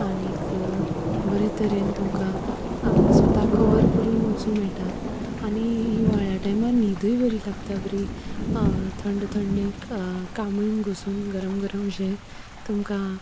आनीक बरे तरेन तुमकां स्वताक कवर करून वचूंक मेळटा आनी हिवाळ्या टायमार न्हिदूय बरी लागता बरी थंड थंडीक कामळीन घुसून गरम गरमशें तुमकां